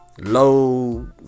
low